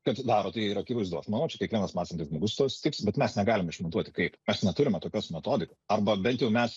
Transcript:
kad daro tai yra akivaizdu aš manau čia kiekvienas mąstantis žmogus su tuo sutiks bet mes negalim išmatuoti kaip mes neturime tokios metodikos arba bent jau mes